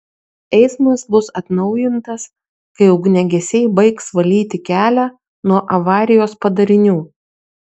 eismas bus atnaujintas kai ugniagesiai baigs valyti kelią nuo avarijos padarinių